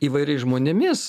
įvairiais žmonėmis